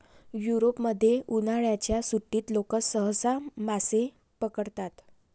युरोपमध्ये, उन्हाळ्याच्या सुट्टीत लोक सहसा मासे पकडतात